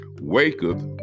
waketh